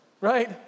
right